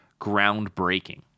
groundbreaking